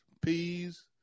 peas